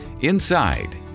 Inside